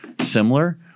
similar